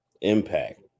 Impact